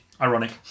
Ironic